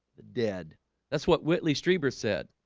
dead that's what whitley strieber said